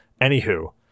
Anywho